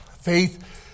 Faith